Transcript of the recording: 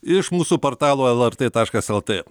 iš mūsų portalo elartė taškas eltė